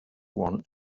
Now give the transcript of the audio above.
want